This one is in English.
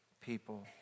people